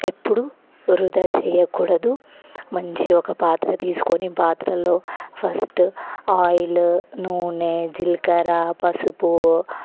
ఎప్పుడు వృధా చెయ్యకూడదు మంచి ఒక పాత్ర తీస్కొని పాత్రలో ఫస్ట్ ఆయిలు నూనె జీలకర్ర పసుపు